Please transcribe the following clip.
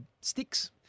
sticks